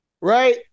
Right